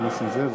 הם לומדים ליבה.